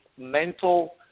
mental